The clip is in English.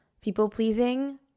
people-pleasing